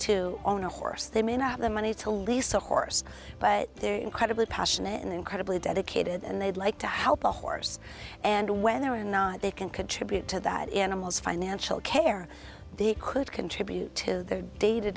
to own a horse they may not have the money to lease a horse but they're incredibly passionate incredibly dedicated and they'd like to help the horse and when they're in they can contribute to that animal's financial care the it could contribute to their day to